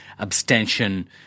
Abstention